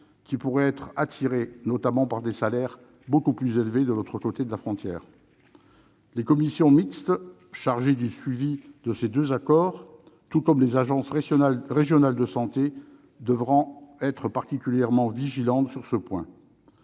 qui pourraient être attirés, notamment, par des salaires beaucoup plus élevés de l'autre côté de la frontière. Les commissions mixtes chargées du suivi de la mise en oeuvre de ces deux accords, tout comme les agences régionales de santé, devront être particulièrement vigilantes sur ce point,